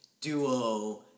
duo